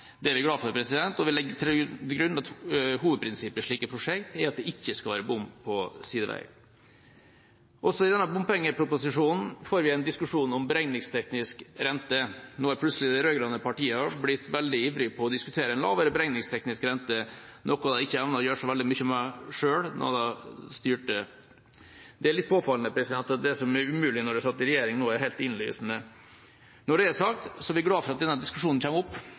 veien. Det er vi glade for, og vi legger til grunn at hovedprinsippet i slike prosjekter er at det ikke skal være bom på sideveier. Også ved denne bompengeproposisjonen får vi en diskusjon om beregningsteknisk rente. Nå er de rød-grønne partiene plutselig blitt veldig ivrige på å diskutere en lavere beregningsteknisk rente, noe de ikke evnet å gjøre så veldig mye med da de selv styrte. Det er litt påfallende at det som var umulig da de satt i regjering, nå er helt innlysende. Når det er sagt, er vi glade for at denne diskusjonen kommer opp.